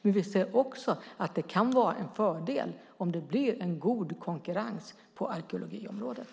Men vi ser också att det kan vara en fördel om det blir en god konkurrens på arkeologiområdet.